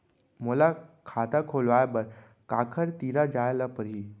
मोला खाता खोलवाय बर काखर तिरा जाय ल परही?